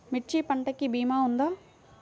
మిర్చి పంటకి భీమా ఉందా?